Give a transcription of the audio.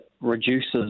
reduces